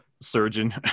Surgeon